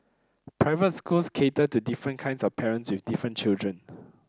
private schools cater to different kinds of parents with different children